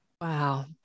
Wow